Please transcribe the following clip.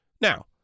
Now